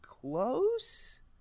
close